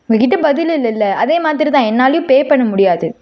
உங்கள் கிட்டே பதில் இல்லயில்ல அதேமாதிரிதான் என்னாலேயும் பே பண்ண முடியாது